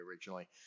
originally